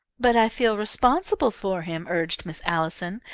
but i feel responsible for him, urged miss allison.